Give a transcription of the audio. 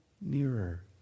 nearer